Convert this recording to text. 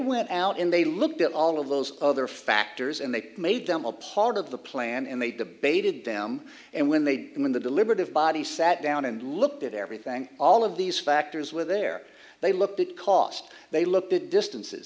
went out in they looked at all of those other factors and they made them a part of the plan and they debated them and when they did and when the deliberative body sat down and looked at everything all of these factors were there they looked at cost they looked at distances